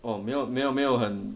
oh 没有没有没有很